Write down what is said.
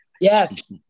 Yes